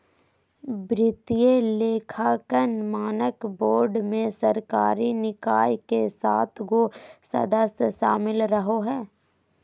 वित्तीय लेखांकन मानक बोर्ड मे सरकारी निकाय के सात गो सदस्य शामिल रहो हय